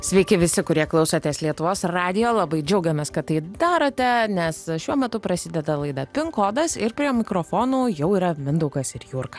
sveiki visi kurie klausotės lietuvos radijo labai džiaugiamės kad tai darote nes šiuo metu prasideda laida pin kodas ir prie mikrofonų jau yra mindaugas ir jurga